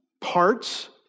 parts